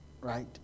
Right